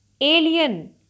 alien